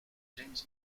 james